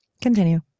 continue